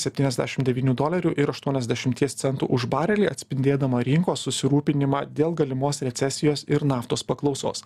septyniasdešim devynių dolerių ir aštuoniasdešimties centų už barelį atspindėdama rinkos susirūpinimą dėl galimos recesijos ir naftos paklausos